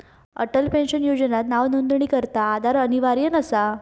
Atal pension योजनात नावनोंदणीकरता आधार अनिवार्य नसा